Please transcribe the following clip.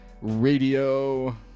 radio